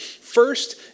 First